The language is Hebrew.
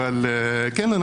אבל כן,